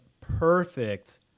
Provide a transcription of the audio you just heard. perfect